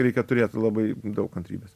reikia turėt labai daug kantrybės